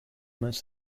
most